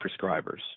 prescribers